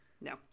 No